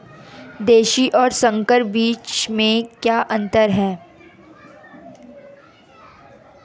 देशी और संकर बीज में क्या अंतर है?